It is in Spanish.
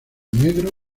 negro